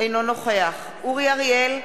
אינו נוכח אורי אריאל,